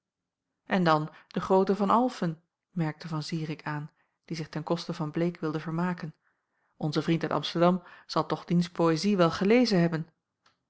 en dan de groote van alphen merkte van zirik aan die zich ten koste van bleek wilde vermaken onze vriend uit amsterdam zal toch diens poëzie wel gelezen hebben